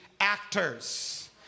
actors